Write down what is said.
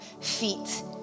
feet